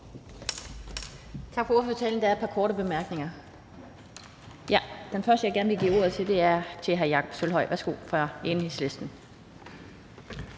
Tak for ordførertalen. Der er et par korte bemærkninger. Den første, jeg gerne vil give ordet til, er hr. Jakob Sølvhøj fra Enhedslisten.